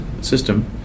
system